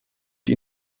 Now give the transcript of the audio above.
die